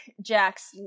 jack's